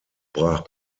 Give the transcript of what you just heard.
brach